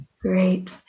Great